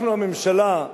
אנחנו הממשלה,